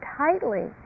tightly